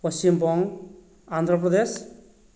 Paschimbanga Andhra Pradesh